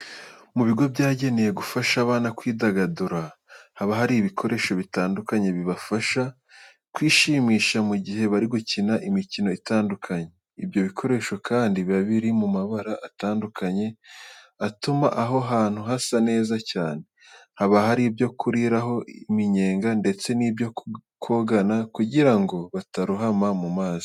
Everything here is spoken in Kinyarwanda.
Mu bigo byagenewe gufasha abana kwidagadura, haba hari ibikoresho bitandukanye bibafasha kwishimisha mu gihe bari gukina imikino itandukanye. Ibyo bikoresho kandi biba biri mu mabara atandukanye atuma aho hantu hasa neza cyane. Haba hari ibyo kuriraho iminyenga ndetse n'ibyo kogana kugira ngo batarohama mu mazi.